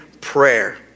prayer